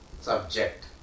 subject